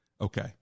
Okay